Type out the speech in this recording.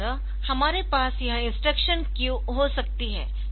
इस तरह हमारे पास यह इंस्ट्रक्शन क्यू हो सकती है